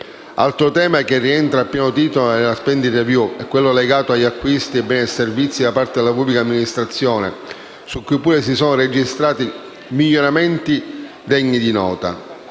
Altro tema, che rientra a pieno titolo nella *spending review*, è quello legato agli acquisti di beni e servizi da parte della pubblica amministrazione, su cui pure si sono registrati miglioramenti degni di nota.